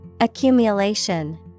Accumulation